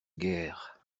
guère